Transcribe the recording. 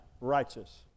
righteous